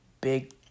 big